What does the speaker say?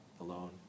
Alone